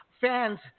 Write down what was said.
fans –